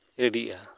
ᱨᱮᱰᱤᱜᱼᱟ